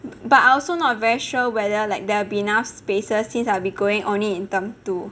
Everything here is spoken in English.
but I also not very sure whether like there'll be enough spaces since I'll be going only in term two